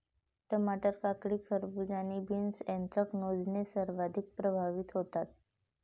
टमाटर, काकडी, खरबूज आणि बीन्स ऍन्थ्रॅकनोजने सर्वाधिक प्रभावित होतात